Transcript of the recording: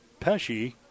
Pesci